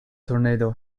tornado